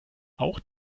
auch